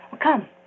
come